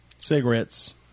cigarettes